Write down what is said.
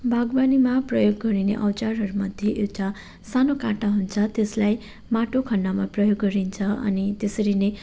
बागवानीमा प्रयोग गरिने औजारहरू मध्ये एउटा सानो काँटा हुन्छ त्यसलाई माटो खन्नमा प्रयोग गरिन्छ अनि त्यसरी नै